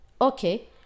Okay